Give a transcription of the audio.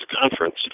conference